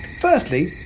Firstly